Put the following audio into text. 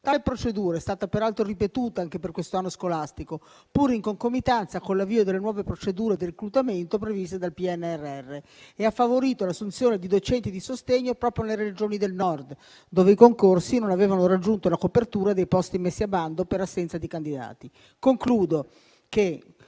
Tale procedura è stata peraltro ripetuta anche per questo anno scolastico, pure in concomitanza con l'avvio delle nuove procedure di reclutamento previste dal PNRR e ha favorito l'assunzione di docenti di sostegno proprio nelle Regioni del Nord, dove i concorsi non avevano raggiunto la copertura dei posti messi a bando per assenza di candidati. Concludo che,